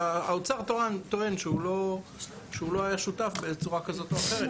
והאוצר טוען שהוא לא היה שותף בצורה כזאת או אחרת.